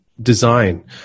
design